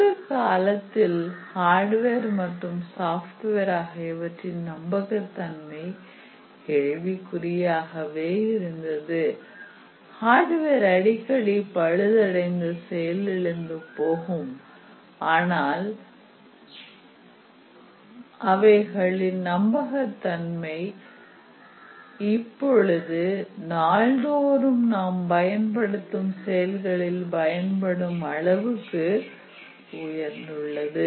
ஒரு காலத்தில் ஹார்ட்வேர் மற்றும் சாப்ட்வேர் ஆகியவற்றின் நம்பகத்தன்மை கேள்விக்குறியாகவே இருந்தது ஹார்ட்வேர் அடிக்கடி பழுதடைந்து செயலிழந்து போகும் ஆனால் பொழுது அவைகளின் நம்பகத்தன்மை நாள்தோறும் பயன்படுத்தும் செயல்களில் பயன்படுத்தும் அளவு உயர்ந்துள்ளது